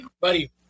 buddy